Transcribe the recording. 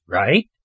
right